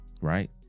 right